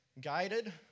guided